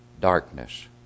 darkness